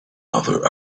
other